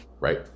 Right